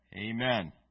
Amen